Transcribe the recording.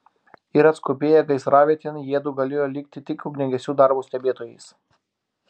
ir atskubėję gaisravietėn jiedu galėjo likti tik ugniagesių darbo stebėtojais